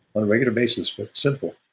on a regular basis but simple